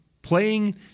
Playing